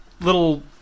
little